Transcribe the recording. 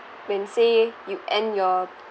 when say you end your